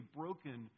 broken